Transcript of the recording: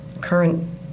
current